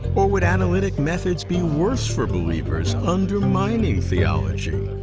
or would analytic methods be worse for believers, undermining theology?